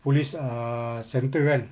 police err centre kan